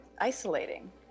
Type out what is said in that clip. isolating